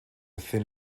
thin